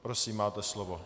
Prosím, máte slovo.